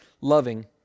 loving